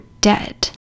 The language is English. dead